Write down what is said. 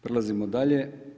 Prelazimo dalje.